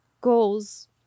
goals